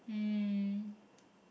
mm